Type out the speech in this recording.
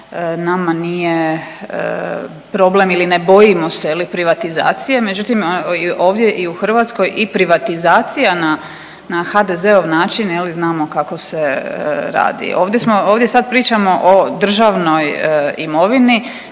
nama nije problem ili ne bojimo se privatizacije. Međutim, ovdje i u Hrvatskoj i privatizacija na HDZ-ov način znamo kako se radi. Ovdje sad pričamo o državnoj imovini.